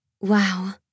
Wow